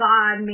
God